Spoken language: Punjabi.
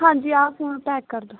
ਹਾਂਜੀ ਆਹ ਫੋਨ ਪੈਕ ਕਰ ਦਿਉ